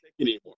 anymore